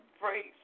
praise